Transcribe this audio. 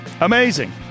Amazing